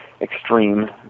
extreme